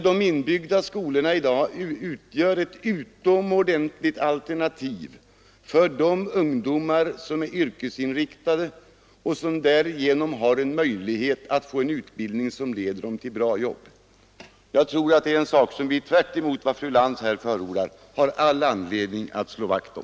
De inbyggda skolorna utgör i dag ett utomordentligt alternativ för de ungdomar som är yrkesinriktade, eftersom de där har en möjlighet att få en utbildning som leder fram till bra jobb. Jag tror att de skolorna är något som vi, tvärtemot vad fru Lantz förordar, har all anledning att slå vakt om.